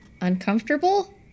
uncomfortable